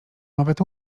nawet